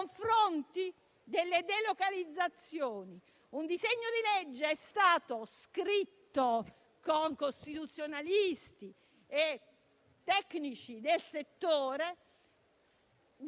confronti delle delocalizzazioni. Un disegno di legge è stato scritto con costituzionalisti e tecnici del settore